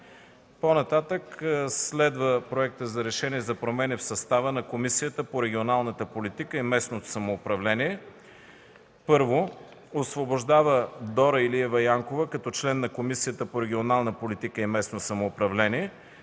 политика.” Следва Проектът за решение за промени в състава на Комисията по регионалната политика и местното самоуправление: „1. Освобождава Дора Илиева Янкова като член на Комисията по регионална политика и местно самоуправление.